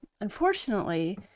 unfortunately